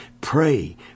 Pray